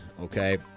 Okay